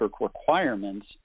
requirements